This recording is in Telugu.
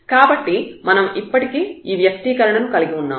కాబట్టి మనం ఇప్పటికే ఈ వ్యక్తీకరణను కలిగి ఉన్నాము